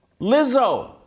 Lizzo